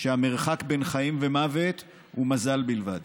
והמרחק בין חיים למוות הוא מזל בלבד.